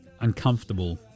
uncomfortable